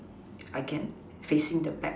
if I can facing the back